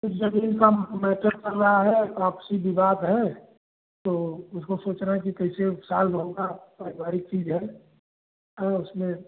कुछ ज़मीन का मेटर चल रहा है तो आपसी विवाद है तो उसको सोच रहे हैं कि कैसे सास बहु का पारिवारिक चीज़ है हाँ उसमें